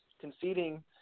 conceding